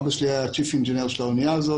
אבא שלי היה צ'יף אינג'ינר של האנייה הזאת